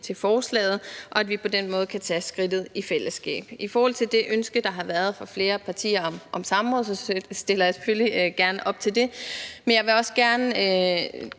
til forslaget, og at vi på den måde kan tage skridtet i fællesskab. I forhold til det ønske, der har været fra flere partier, om samråd, stiller jeg selvfølgelig gerne op til det. Men jeg vil også gerne